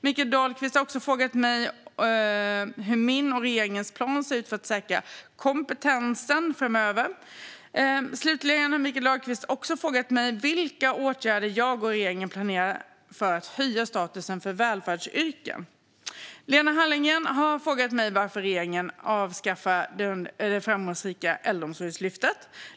Mikael Dahlqvist har också frågat mig hur min och regeringens plan ser ut för att säkra kompetensen framöver. Slutligen har Mikael Dahlqvist frågat mig vilka åtgärder jag och regeringen planerar för att höja statusen för välfärdsyrken. Lena Hallengren har frågat mig varför regeringen avskaffar det framgångsrika Äldreomsorgslyftet.